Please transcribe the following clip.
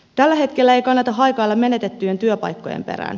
tällä hetkellä ei kannata haikailla menetettyjen työpaikkojen perään